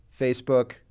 Facebook